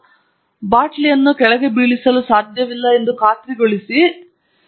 ಆದ್ದರಿಂದ ಅದು ಬಾಟಲಿಯನ್ನು ಕೆಳಕ್ಕೆ ಬೀಳಿಸಲು ಸಾಧ್ಯವಿಲ್ಲ ಎಂದು ಖಾತ್ರಿಗೊಳಿಸುತ್ತದೆ